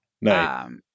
No